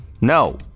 No